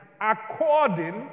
according